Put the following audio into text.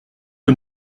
que